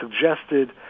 suggested